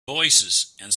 voicesand